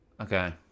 okay